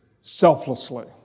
selflessly